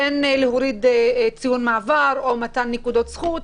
כן להוריד ציון מעבר או מתן נקודות זכות.